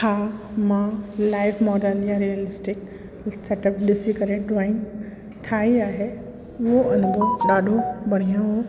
हा मां live model या रिअलिस्टिक सेटअप ॾिसी करे ड्रॉइंग ठाहीं आहे उहो अनुभव ॾाढो बढ़िया हुओ